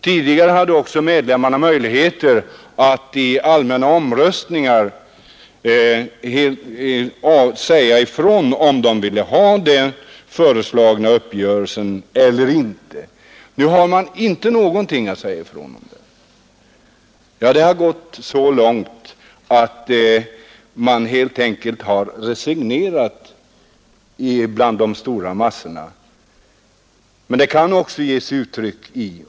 Medlemmarna hade tidigare också möjligheter att vid allmänna omröstningar säga ifrån huruvida de ville anta ett förslag till uppgörelse eller inte. Nu har de ingenting att säga till om i det fallet. Det har gått så långt att de stora massorna helt enkelt har resignerat.